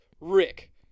Rick